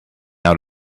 out